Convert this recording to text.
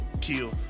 kill